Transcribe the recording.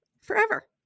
forever